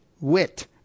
WIT